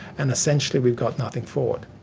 and essentially we've got nothing for it.